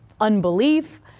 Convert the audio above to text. unbelief